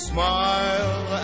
Smile